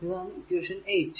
ഇതാണ് ഇക്വേഷൻ 8